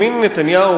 בנימין נתניהו,